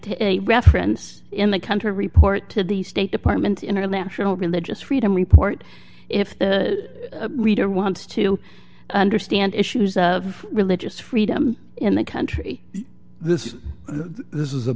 to a reference in the country report to the state department international religious freedom report if the reader wants to understand issues of religious freedom in the country this is this is a